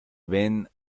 ven